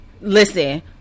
Listen